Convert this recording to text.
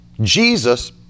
Jesus